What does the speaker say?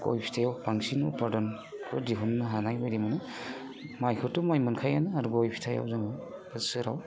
गय फिथाइआव बांसिन फ्रदनखौ दिहुननो हानायन बायदि मोनो माइखोथ' माइ मोनखायोआनो आरो गय फिथाइआव जों बोसोराआव